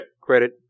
credit